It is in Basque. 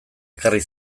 ekarri